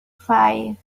five